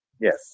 Yes